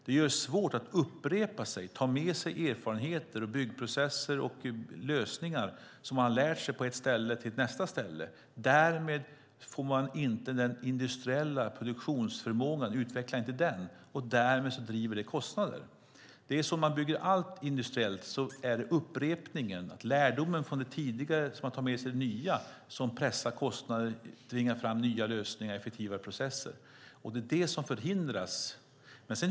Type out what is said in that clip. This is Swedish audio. Det gör det svårt att upprepa sig och ta med sig erfarenheter, byggprocesser och lösningar som man har lärt sig på ett ställe till nästa ställe. Därmed utvecklar man inte den industriella produktionsförmågan, och det driver kostnader. När man bygger allt industriellt är det upprepningen och lärdomen från det tidigare som man tar med sig till det nya som pressar kostnader och tvingar fram nya lösningar och effektivare processer. Det är vad som förhindras.